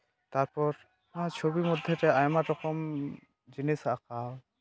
ᱛᱟᱨᱯᱚᱨ ᱪᱷᱚᱵᱤ ᱢᱚᱫᱽᱫᱷᱮ ᱨᱮ ᱟᱭᱢᱟ ᱨᱚᱠᱚᱢ ᱡᱤᱱᱤᱥ ᱟᱸᱠᱟᱣ